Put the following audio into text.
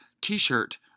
t-shirt